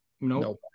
No